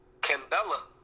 Cambella